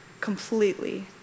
completely